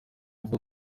avuga